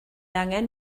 angen